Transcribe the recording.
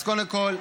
אז קודם כול,